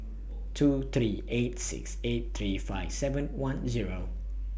two three eight six eight three five seven one Zero